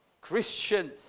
Christians